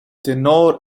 tenor